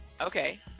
okay